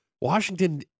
Washington